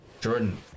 Jordan